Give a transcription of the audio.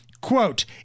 quote